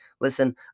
Listen